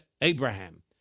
Abraham